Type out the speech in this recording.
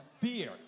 Fear